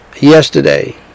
yesterday